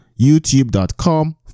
youtube.com